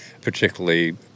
particularly